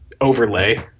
overlay